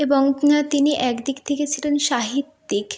এবং তিনি একদিক থেকে ছিলেন সাহিত্যিক